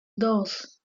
dos